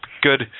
good